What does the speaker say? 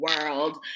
world